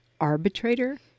arbitrator